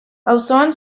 auzoan